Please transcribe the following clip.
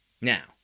Now